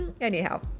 Anyhow